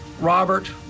Robert